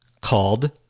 called